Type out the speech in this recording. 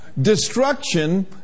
Destruction